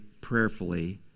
prayerfully